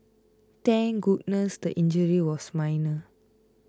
thank goodness the injury was minor